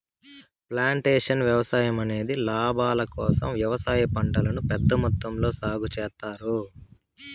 plantation వ్యవసాయం అనేది లాభాల కోసం వ్యవసాయ పంటలను పెద్ద మొత్తంలో సాగు చేత్తారు